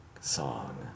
song